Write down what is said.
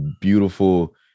beautiful